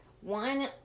one